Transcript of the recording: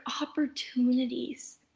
opportunities